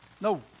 No